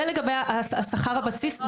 לגבי שכר הבסיס.